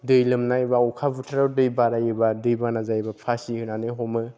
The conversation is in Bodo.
दै लोमनाय बा अखा बोथोराव दै बारायोबा दैबाना जायोबा फासि होनानै हमो